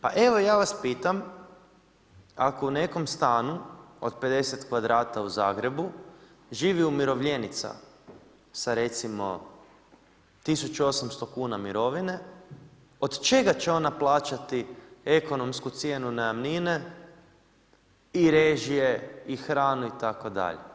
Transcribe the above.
Pa evo ja vas pitam ako u nekom stanu od 50 kvadrata u Zagrebu živi umirovljenica sa recimo 1800 kuna mirovine, od čega će ona plaćati ekonomsku cijenu najamnine i režije i hranu itd.